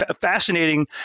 fascinating